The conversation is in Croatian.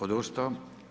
Odustao.